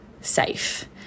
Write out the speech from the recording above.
safe